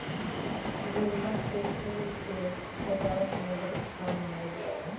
गेंदा के फूल के सजावट में बहुत काम आवेला